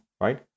right